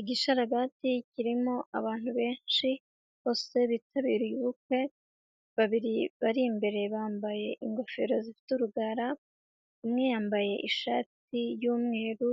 Igisharaga kirimo abantu benshi bose bitabiriye ubukwe, babiri bari imbere bambaye ingofero zifite urugara, umwe yambaye ishati y'umweru,